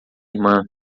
irmã